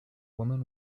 woman